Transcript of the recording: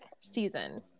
Season